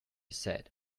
said